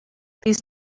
these